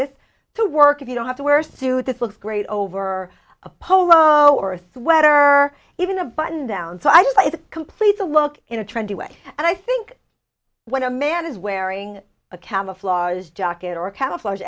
this to work if you don't have to wear a suit this looks great over a polo or a sweater even a button down so i could complete the look in a trendy way and i think when a man is wearing a camouflage jacket or ca